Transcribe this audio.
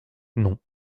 non